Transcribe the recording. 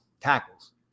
tackles